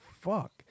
fuck